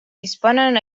disposen